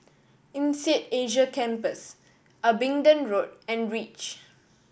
INSEAD Asia Campus Abingdon Road and Reach